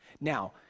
Now